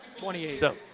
28